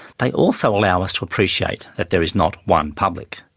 they also allow us to appreciate that there is not one public,